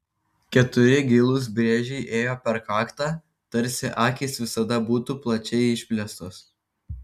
keturi gilūs brėžiai ėjo per kaktą tarsi akys visada būtų plačiai išplėstos